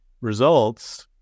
results